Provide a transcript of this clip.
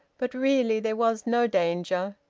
but really there was no danger.